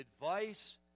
advice